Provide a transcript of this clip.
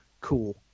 cool